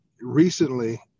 recently